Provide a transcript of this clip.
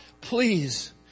please